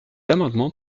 amendement